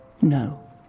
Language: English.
No